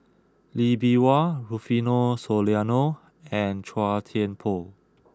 Lee Bee Wah Rufino Soliano and Chua Thian Poh